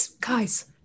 guys